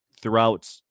throughout